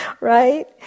right